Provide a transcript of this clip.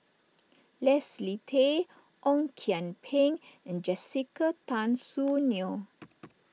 Leslie Tay Ong Kian Peng and Jessica Tan Soon Neo